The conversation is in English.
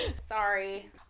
sorry